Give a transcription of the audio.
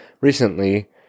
Recently